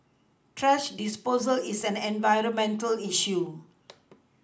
thrash disposal is an environmental issue